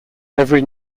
every